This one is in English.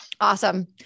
Awesome